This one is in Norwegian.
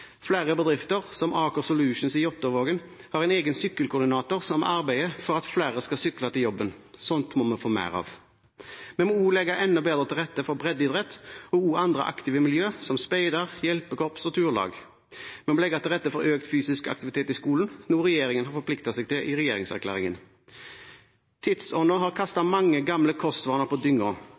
Flere bedrifter, som Aker Solutions i Jåttåvågen, har en egen sykkelkoordinator som arbeider for at flere skal sykle til jobben. Slikt må vi få mer av. Vi må også legge enda bedre til rette for breddeidrett og andre aktive miljøer som speider, hjelpekorps og turlag. Vi må legge til rette for økt fysisk aktivitet i skolen, noe regjeringen har forpliktet seg til i regjeringserklæringen. Tidsånden har kastet mange gamle kostvaner på dynga.